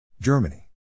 Germany